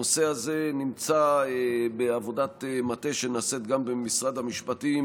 הנושא הזה נמצא בעבודת מטה שנעשית גם במשרד המשפטים,